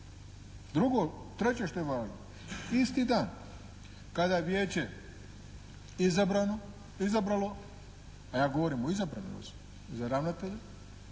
Drugo, treće što je važno. Isti dan kada je Vijeće se izabralo, a ja govorim o izabranoj osobi za ravnatelja